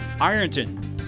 Ironton